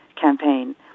campaign